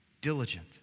diligent